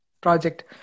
project